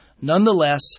Nonetheless